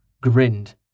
grinned